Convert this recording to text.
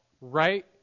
right